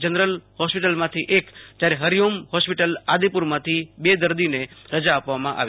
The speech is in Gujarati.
જનરલ હોસ્પિટલમાંથી એક જ્યારે હરિ ઓમ હોસ્પિટલ આદિપુરમાંથી બે દર્દીને રજા આપવામાં આવી